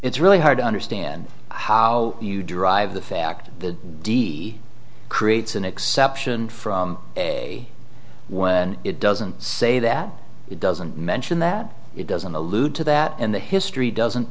it's really hard to understand how you derive the fact the d creates an exception from a when it doesn't say that it doesn't mention that it doesn't allude to that and the history doesn't